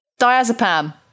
diazepam